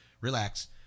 Relax